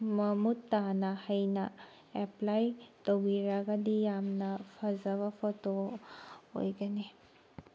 ꯃꯃꯨꯠ ꯇꯥꯅ ꯍꯩꯅ ꯑꯦꯄ꯭ꯂꯥꯏ ꯇꯧꯕꯤꯔꯒꯗꯤ ꯌꯥꯝꯅ ꯐꯖꯕ ꯐꯣꯇꯣ ꯑꯣꯏꯒꯅꯤ